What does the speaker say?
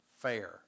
fair